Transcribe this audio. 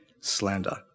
slander